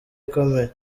ikomeye